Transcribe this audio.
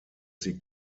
sie